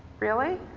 really,